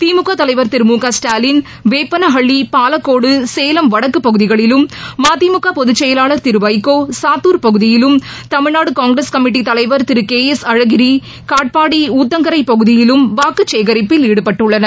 திமுக தலைவர் திரு மு க ஸ்டாலின் வேப்பனஹள்ளி பாலக்கோடு சேவம் வடக்கு பகுதிகளிலும் மதிமுக பொதுச்செயலாளர் திரு வைகோ சாத்தூர் பகுதியிலும் தமிழ்நாடு காங்கிரஸ் கமிட்டி தலைவர் திரு கே எஸ் அழகிரி காட்பாடி ஊத்தங்கரை பகுதியிலும் வாக்குச்சேகரிப்பில் ஈடுபட்டுள்ளனர்